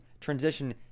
transition